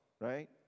right